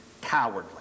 cowardly